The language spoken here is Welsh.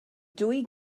dwy